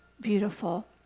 beautiful